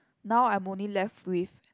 now I'm only left with